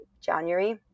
January